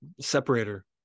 separator